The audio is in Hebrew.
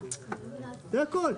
זה הכל.